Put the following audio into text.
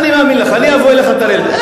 אני מאמין לך, אני אבוא אליך, תראה לי.